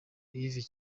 yves